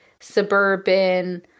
suburban